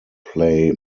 play